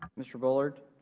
um mr. bullard,